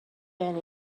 gen